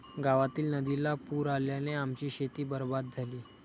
गावातील नदीला पूर आल्याने आमची शेती बरबाद झाली